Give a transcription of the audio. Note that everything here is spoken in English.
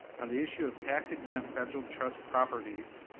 on the issue of tax exempt federal trust properties,